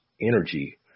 energy